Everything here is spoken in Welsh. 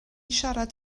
siarad